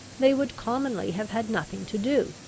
they would commonly have had nothing to do,